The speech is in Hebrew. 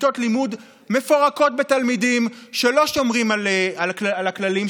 מכיתות לימוד מלאות בתלמידים שלא שומרים על הכללים,